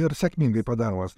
ir sėkmingai padaromas